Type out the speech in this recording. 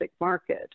market